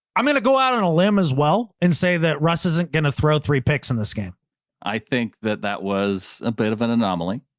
i'm going to go out on a limb as well and say that russ, isn't going to throw three picks in this game. brandan i think that that was a bit of an anomaly.